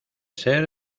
ser